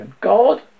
God